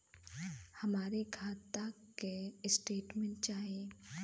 हमरे खाता के स्टेटमेंट चाही?